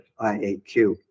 IAQ